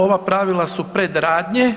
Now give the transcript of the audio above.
Ova pravila su predradnje.